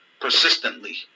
persistently